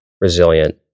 resilient